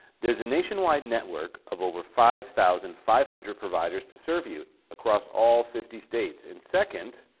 there's a nationwide network of over five thousand five hundred providers to serve you across all fifty states. and second,